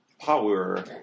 Power